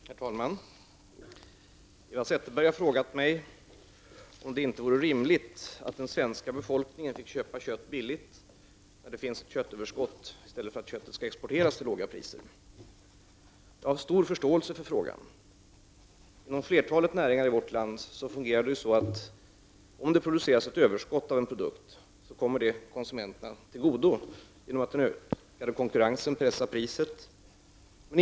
Herr talman! Eva Zetterberg har frågat mig om det inte vore rimligt att den svenska befolkningen fick köpa kött billigt då det finns ett köttöverskott, i stället för att köttet skall exporteras till låga priser. Jag har stor förståelse för frågan. Inom flertalet näringar i vårt land fungerar det så, att om det produceras ett överskott av en produkt så kommer det konsumenterna till godo genom att den ökade konkurrensen pressar ned priset.